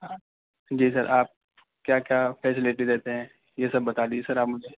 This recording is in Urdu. جی سر آپ کیا کیا فیسیلٹی دیتے ہیں یہ سب بتا دیجیے سر آپ مجھے